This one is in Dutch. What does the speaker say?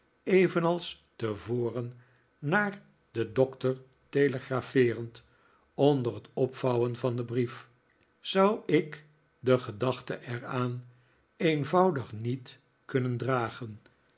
evenals tevoren naar den doctor telegrapheerend onder t opvouwen van den brief zou ik de gedachte er aan eenvoudig niet kunnen dragen